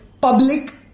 public